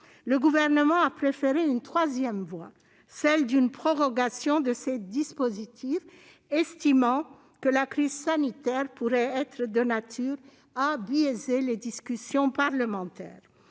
le Gouvernement a préféré une troisième voie, la prorogation de ces dispositifs, estimant que la crise sanitaire pourrait être de nature à biaiser les discussions parlementaires.